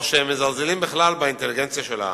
או שהם מזלזלים בכלל באינטליגנציה של העם.